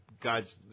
god's